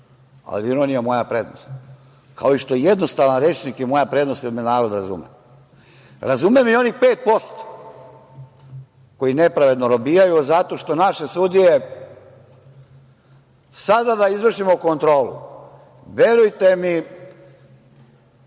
ali ironija je moja prednost, kao što je i jednostavan rečnik moja prednost jer me narod razume. Razume me i onih 5% koji nepravedno robijaju zato što naše sudije… Sada da izvršimo kontrolu, verujte mi